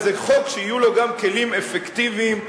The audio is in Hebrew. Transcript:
שזה יהיה חוק שיהיו לו גם כלים אפקטיביים מרתיעים,